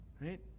Right